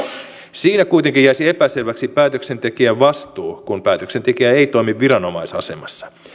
siinä kuitenkin jäisi epäselväksi päätöksentekijän vastuu kun päätöksentekijä ei toimi viranomaisasemassa